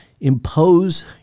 impose